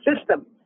system